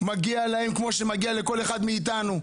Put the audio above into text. מגיע להם כמו שמגיע לכל אחד מאיתנו,